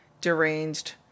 deranged